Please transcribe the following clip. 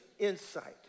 insight